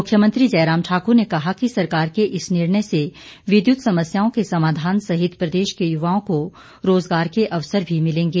मुख्यमंत्री जयराम ठाक्र ने कहा कि सरकार के इस निर्णय से विद्यत समस्याओं के समाधान सहित प्रदेश के युवाओं को रोज़गार के अवसर भी मिलेंगे